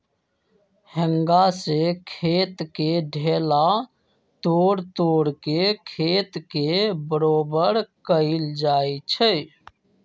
हेंगा से खेत के ढेला तोड़ तोड़ के खेत के बरोबर कएल जाए छै